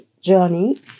journey